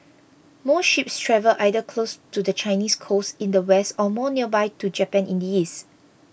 most ships travel either closer to the Chinese coast in the west or more nearby to Japan in the east